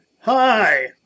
Hi